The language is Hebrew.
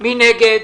מי נגד?